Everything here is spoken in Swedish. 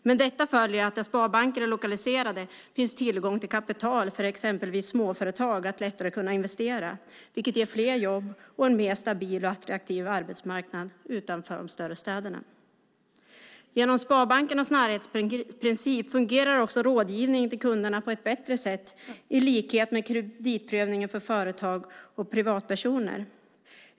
Med detta följer att där sparbanker är lokaliserade finns tillgång till kapital för exempelvis småföretag att lättare kunna investera, vilket ger fler jobb och en stabilare och mer attraktiv arbetsmarknad utanför de större städerna. Genom sparbankernas närhetsprincip fungerar också rådgivningen till kunderna på ett bättre sätt i likhet med kreditprövningen för företag och privatpersoner.